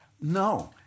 No